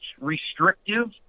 restrictive